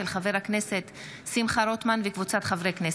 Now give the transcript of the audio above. של חבר הכנסת שמחה רוטמן וקבוצת חברי כנסת,